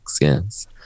yes